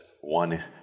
one